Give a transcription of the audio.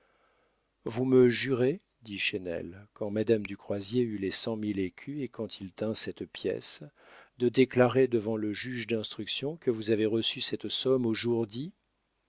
vous me jurez dit chesnel quand madame du croisier eut les cent mille écus et quand il tint cette pièce de déclarer devant le juge d'instruction que vous avez reçu cette somme au jour dit